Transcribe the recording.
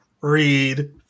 read